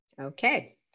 Okay